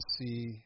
see